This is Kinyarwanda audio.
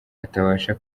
batabasha